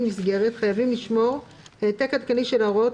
מסגרת חייבים לשמור העתק עדכני של ההוראות,